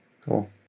cool